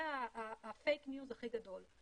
זה הפייק ניוז הכי גדול.